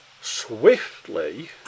swiftly